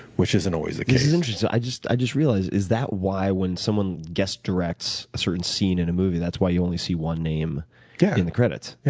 which isn't always the case. this is interesting. i just i just realized, is that why when someone guest directs a certain scene in a movie, that's why you only see one name yeah in the credits?